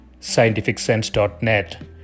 scientificsense.net